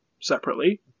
separately